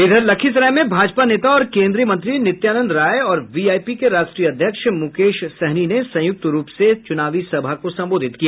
इधर लखीसराय में भाजपा नेता और केन्द्रीय मंत्री नित्यानंद राय और वीआईपी के राष्ट्रीय अध्यक्ष मुकेश सहनी ने संयुक्त रूप से चुनावी सभा को संबोधित किया